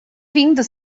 vindo